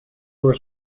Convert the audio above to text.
were